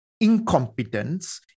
incompetence